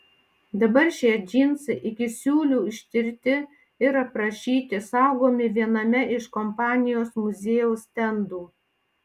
dabar šie džinsai iki siūlių ištirti ir aprašyti saugomi viename iš kompanijos muziejaus stendų